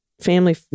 family